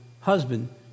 husband